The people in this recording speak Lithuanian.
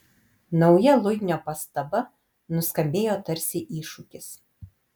nauja luinio pastaba nuskambėjo tarsi iššūkis